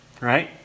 right